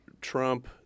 trump